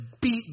beat